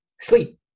sleep